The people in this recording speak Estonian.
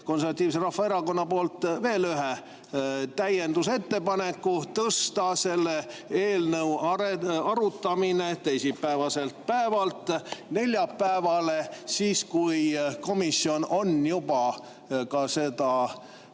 Konservatiivse Rahvaerakonna poolt veel ühe täiendusettepaneku: tõsta selle eelnõu arutamine teisipäevaselt päevalt neljapäevale. Siis on komisjon seda juba näinud